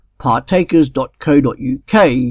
partakers.co.uk